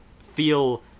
feel